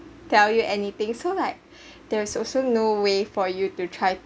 tell you anything so like there's also no way for you to try